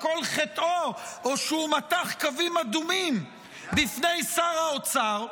שכל חטאו הוא שהוא מתח קווים אדומים בפני שר האוצר.